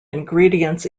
ingredients